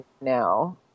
now